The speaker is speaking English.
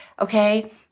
okay